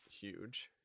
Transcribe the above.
huge